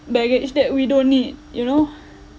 baggage that we don't need you know